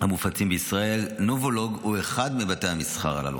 המופצים בישראל, נובולוג הוא אחד מבתי המסחר הללו.